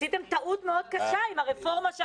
עשיתם טעות מאוד קשה עם הרפורמה,